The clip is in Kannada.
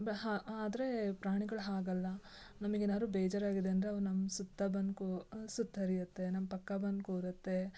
ಬ ಹಾಂ ಆದರೆ ಪ್ರಾಣಿಗಳು ಹಾಗಲ್ಲ ನಮ್ಗೆ ಏನಾದ್ರು ಬೇಜಾರಾಗಿದೆ ಅಂದರೆ ಅವು ನಮ್ಮ ಸುತ್ತ ಬಂದು ಕು ಸುತ್ತರಿಯುತ್ತೆ ನಮ್ಮ ಪಕ್ಕ ಬಂದು ಕೂರುತ್ತೆ